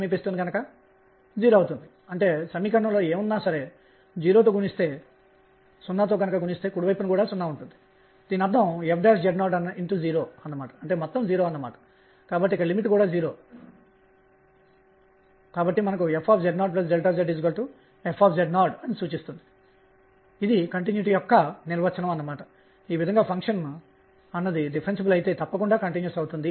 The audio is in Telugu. కాబట్టి ఇప్పుడు సమతలంలో లేదా కూలుంబిక్ ఫీల్డ్ లోఒక సమతల కక్ష్యలో కదులుతున్న వ్యవస్థ యొక్క శక్తి స్థాయిలను లెక్కించడానికి మనము ఇప్పటివరకు చేసిన అన్నిటినీ వర్తింపజేయడానికి ఇప్పుడు సిద్ధంగా ఉన్నాము